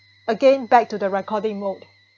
again back to the recording mode